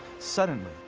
suddenly,